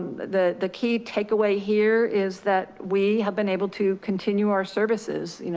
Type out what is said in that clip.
the the key takeaway here is that we have been able to continue our services, you know